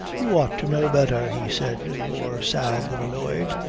you ought to know better, he said, more sad than annoyed.